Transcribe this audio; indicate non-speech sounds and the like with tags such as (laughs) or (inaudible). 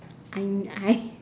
I I (laughs)